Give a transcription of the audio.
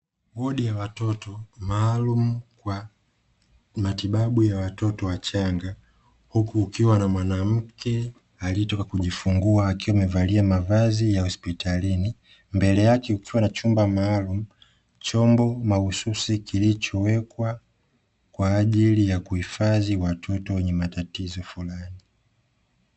Wodi ya watoto maalumu kwa matibabu ya watoto wachanga huku kukiwa na mwanamke aliyetoka kujifungua akiwa amevalia mavazi ya hospitalini, mbele yake kukiwa na chumba maalumu, chombo mahususi kilichowekwa kwa ajili ya kuhifadhi watoto wenye matatizo fulani.